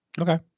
Okay